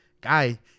guy